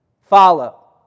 follow